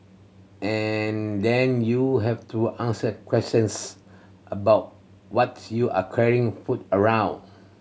and then you have to answer questions about what you are carrying food around